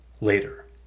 later